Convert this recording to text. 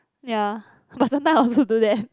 ya but sometime I also do that